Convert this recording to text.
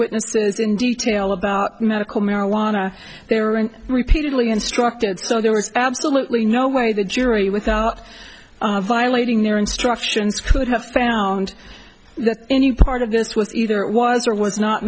witnesses in detail about medical marijuana they were and repeatedly instructed so there was absolutely no way the jury without violating their instructions could have found that any part of this was either was or was not